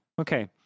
Okay